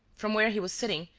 from where he was sitting,